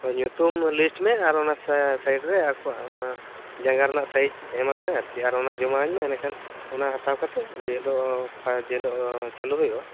ᱦᱳᱭ ᱧᱩᱛᱩᱢ ᱞᱤᱥᱴ ᱢᱮ ᱟᱨ ᱚᱱᱟ ᱥᱟᱭᱤᱰ ᱨᱮ ᱟᱠᱚᱭᱟᱜ ᱚᱱᱟ ᱡᱟᱜᱟ ᱨᱮᱱᱟᱜ ᱥᱟᱭᱤᱡ ᱮᱢᱟᱜ ᱢᱮ ᱟᱨ ᱚᱱᱟ ᱡᱚᱢᱟ ᱤᱧ ᱢᱮ ᱮᱰᱮ ᱠᱷᱟᱱ ᱚᱱᱟ ᱦᱟᱛᱟᱣ ᱠᱟᱛᱮ ᱡᱮ ᱦᱤᱞᱳᱜ ᱯᱷᱟᱥᱴ ᱪᱟᱹᱞᱩ ᱦᱩᱭᱩᱜᱼᱟ